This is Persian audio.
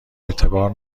اعتبار